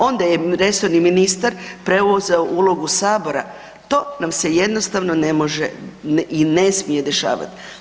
Onda je resorni ministar preuzeo uloga Sabora, to nam se jednostavno ne može i ne smije dešavati.